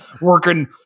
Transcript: working